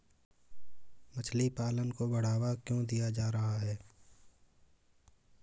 मछली पालन को बढ़ावा क्यों दिया जा रहा है?